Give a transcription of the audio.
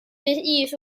艺术